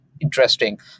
interesting